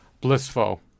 blissful